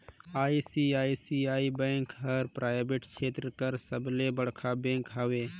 ICICI bank हर private छेत्र कर सबले बड़खा बेंक हवे